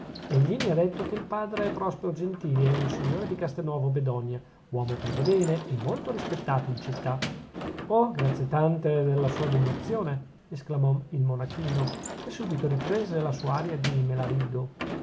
materia egli mi ha detto che il padre prospero gentili è un signore di castelnuovo bedonia uomo per bene e molto rispettato in città oh grazie tante della sua degnazione esclamò il monachino che subito riprese la sua aria di me la rido